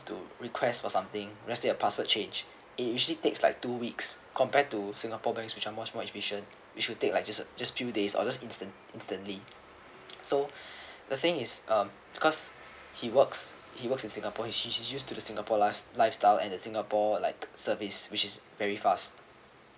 to request for something let's say a password change it usually takes like two weeks compared to singapore banks which are much more efficient which will take like just uh just few days or just instant instantly so the thing is um because he works he works in singapore he he he's used to the singapore life lifestyle and uh singapore like service which is very fast